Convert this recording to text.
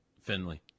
Finley